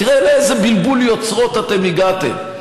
תראה לאיזה בלבול יוצרות אתם הגעתם,